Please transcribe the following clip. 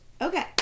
Okay